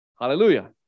hallelujah